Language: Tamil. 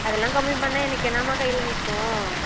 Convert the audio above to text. அதெலாம் கம்மி பண்ணிணா எனக்கு என்னாம்மா கையில் நிற்கும்